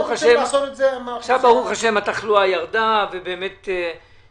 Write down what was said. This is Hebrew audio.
עכשיו ברוך השם התחלואה ירדה ואנחנו